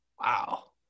Wow